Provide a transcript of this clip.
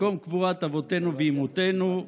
מקום קבורת אבותינו ואימותינו,